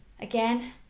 Again